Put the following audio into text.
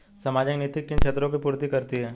सामाजिक नीति किन क्षेत्रों की पूर्ति करती है?